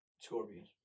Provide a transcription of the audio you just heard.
Scorpion